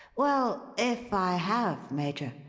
well, if i have, major,